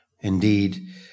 Indeed